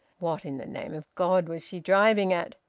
what in the name of god was she driving at?